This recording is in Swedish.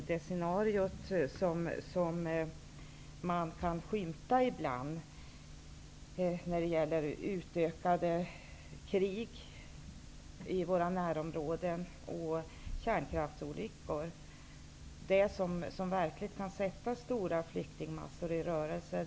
Det scenario som man ibland kan skymta när det gäller utökade krig och kärnkraftsolyckor i våra närområden kan verkligen sätta stora flyktingmassor i rörelse.